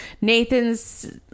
Nathan's